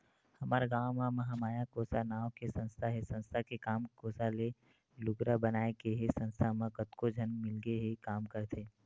हमर गाँव म महामाया कोसा नांव के संस्था हे संस्था के काम कोसा ले लुगरा बनाए के हे संस्था म कतको झन मिलके के काम करथे